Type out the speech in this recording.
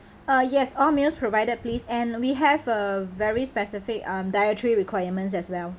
uh yes all meals provided please and we have a very specific um dietary requirements as well